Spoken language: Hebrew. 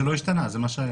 זה לא השתנה, זה מה שהיה.